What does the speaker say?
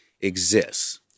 exists